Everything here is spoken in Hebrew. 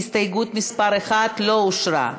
הסתייגות מס' 1 לא אושרה.